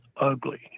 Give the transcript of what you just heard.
ugly